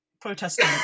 protesting